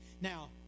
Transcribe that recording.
Now